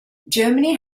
germany